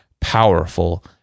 powerful